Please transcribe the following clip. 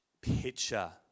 picture